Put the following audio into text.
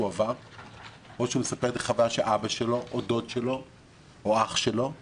עבר או על חוויה שאבא שלו או דוד שלו או אח שלו עבר,